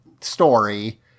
story